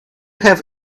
have